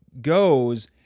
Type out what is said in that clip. goes